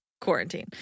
quarantine